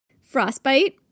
frostbite